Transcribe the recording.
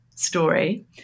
story